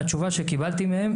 התשובה שקיבלתי מהם,